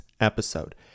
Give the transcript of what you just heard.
episode